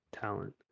talent